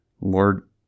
Lord